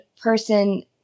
person